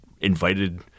invited